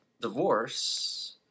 divorce